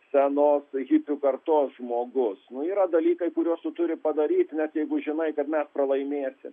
senos hipių kartos žmogus nu yra dalykai kuriuos turi padaryt net jeigu žinai kad mes pralaimėsim